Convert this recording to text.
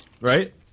right